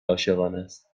عاشقانست